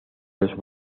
los